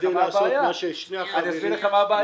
כדי לעשות מה --- אבל אני אסביר לך מה הבעיה.